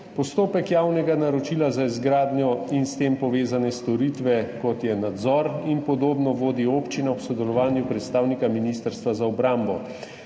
Postopek javnega naročila za izgradnjo in s tem povezane storitve, kot je nadzor in podobno, vodi občina ob sodelovanju predstavnika Ministrstva za obrambo.